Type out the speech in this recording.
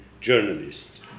journalists